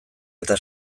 eta